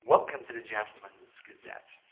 welcome to the gentleman's gazette!